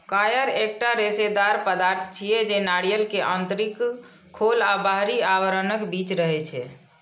coir एकटा रेशेदार पदार्थ छियै, जे नारियल के आंतरिक खोल आ बाहरी आवरणक बीच रहै छै